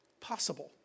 possible